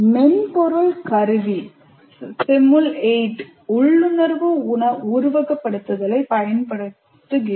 மென்பொருள் கருவி SIMUL8 உள்ளுணர்வு உருவகப்படுத்துதலைப் பயன்படுத்துகிறது